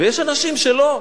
ויש אנשים שלא.